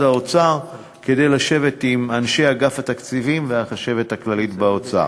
האוצר כדי לשבת עם אנשי אגף התקציבים והחשבת הכללית באוצר.